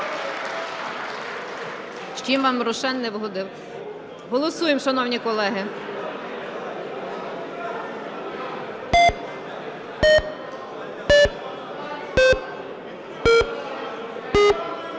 Чим вам "Рошен" не вгодив? Голосуємо, шановні колеги.